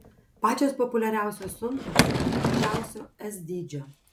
pačios populiariausios siuntos mažiausio s dydžio